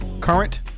current